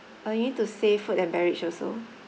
uh you need to say food and beverage also